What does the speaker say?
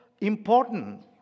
important